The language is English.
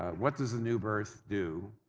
what does the new birth do,